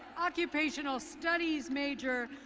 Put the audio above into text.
occupational studies major,